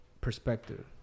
perspective